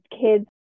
kids